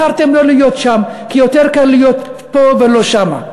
בחרתם לא להיות שם, כי יותר קל להיות פה ולא שם.